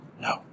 no